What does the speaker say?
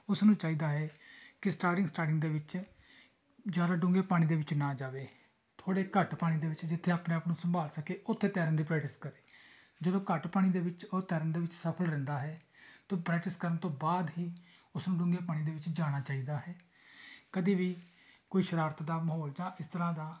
ਉਸਨੂੰ ਚਾਹੀਦਾ ਹੈ ਕਿ ਸਟਾਰਟਿੰਗ ਸਟਾਰਟਿੰਗ ਦੇ ਵਿੱਚ ਜ਼ਿਆਦਾ ਡੂੰਘੇ ਪਾਣੀ ਦੇ ਵਿੱਚ ਨਾ ਜਾਵੇ ਥੋੜ੍ਹੇ ਘੱਟ ਪਾਣੀ ਦੇ ਵਿੱਚ ਜਿੱਥੇ ਆਪਣੇ ਆਪ ਨੂੰ ਸੰਭਾਲ ਸਕੇ ਉੱਥੇ ਤੈਰਨ ਦੀ ਪ੍ਰੈਕਟਿਸ ਕਰੇ ਜਦੋਂ ਘੱਟ ਪਾਣੀ ਦੇ ਵਿੱਚ ਉਹ ਤੈਰਨ ਦੇ ਵਿੱਚ ਸਫਲ ਰਹਿੰਦਾ ਹੈ ਤਾਂ ਪ੍ਰੈਕਟਿਸ ਕਰਨ ਤੋਂ ਬਾਅਦ ਹੀ ਉਸਨੂੰ ਡੂੰਘੇ ਪਾਣੀ ਦੇ ਵਿੱਚ ਜਾਣਾ ਚਾਹੀਦਾ ਹੈ ਕਦੇ ਵੀ ਕੋਈ ਸ਼ਰਾਰਤ ਦਾ ਮਾਹੌਲ ਜਾਂ ਇਸ ਤਰ੍ਹਾਂ ਦਾ